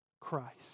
Christ